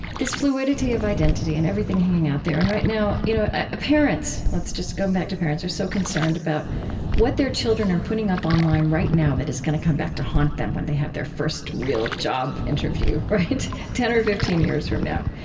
this fluidity of identity and everything hanging out there. and right now you know ah parents let's just come back to parents are so concerned about what their children are putting up online right now that is going to come back to haunt them when they have their first real job interview ten or fifteen years from now.